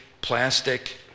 plastic